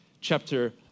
chapter